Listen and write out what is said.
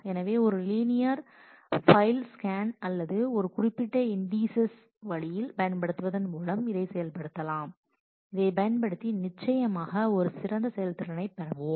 எனவே ஒரு linear file scan அல்லது ஒரு குறிப்பிட்ட இண்டீஸஸ் வழியில் பயன்படுத்துவதன் மூலம் இதை செயல்படுத்தலாம் இதை பயன்படுத்தி நிச்சயமாக ஒரு சிறந்த செயல்திறனைப் பெறுவோம்